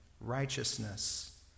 righteousness